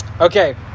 Okay